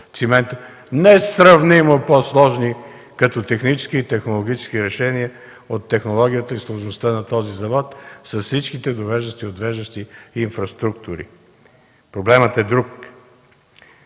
несравнимо по-сложни като технически и технологически решения от технологията и сложността на този завод, с всичките довеждащи и отвеждащи инфраструктури. Проблемът е друг.